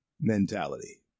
mentality